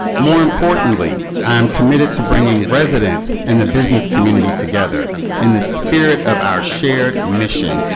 more importantly, i'm committed to bringing residents and the business community together in the spirt of our shared mission,